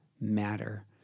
matter